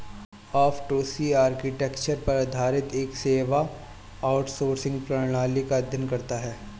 F two C architecture पर आधारित एक सेवा आउटसोर्सिंग प्रणाली का अध्ययन करता है